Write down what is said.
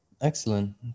Excellent